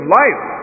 life